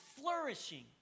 flourishing